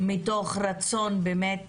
מתוך רצון באמת